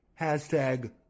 Hashtag